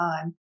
time